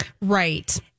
Right